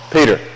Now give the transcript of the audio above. Peter